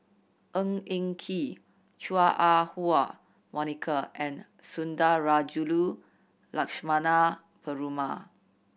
Ng Eng Kee Chua Ah Huwa Monica and Sundarajulu Lakshmana Perumal